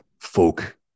folk